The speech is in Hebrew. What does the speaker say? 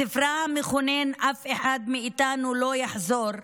בספרה המכונן "אף אחד מאיתנו לא יחזור"